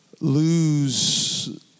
lose